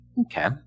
Okay